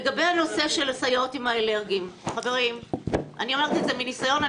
לגבי הנושא של סייעות לילדים אלרגיים אני אומרת את זה מניסיון,